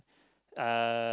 uh